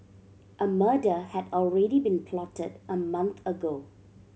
a murder had already been plotted a month ago